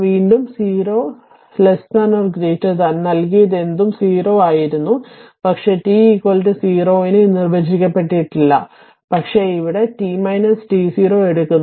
വീണ്ടും 0 0 0 0 നൽകിയതെന്തും 0 0 ആയിരുന്നു പക്ഷേ t 0 ന് ഇത് നിർവചിക്കപ്പെട്ടിട്ടില്ല പക്ഷേ ഇവിടെ t t0 എടുക്കുന്നു